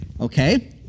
Okay